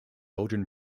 belgian